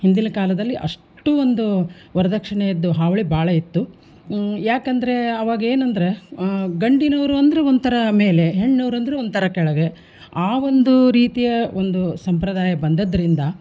ಹಿಂದಿನ ಕಾಲದಲ್ಲಿ ಅಷ್ಟು ಒಂದು ವರದಕ್ಷ್ಣೆದು ಹಾವಳಿ ಭಾಳ ಇತ್ತು ಯಾಕಂದರೆ ಆವಾಗ ಏನಂದರೆ ಗಂಡಿನವರು ಅಂದ್ರೆ ಒಂಥರ ಮೇಲೆ ಹೆಣ್ನವ್ರು ಅಂದರೆ ಒಂಥರ ಕೆಳಗೆ ಆ ಒಂದು ರೀತಿಯ ಒಂದು ಸಂಪ್ರದಾಯ ಬಂದದ್ದರಿಂದ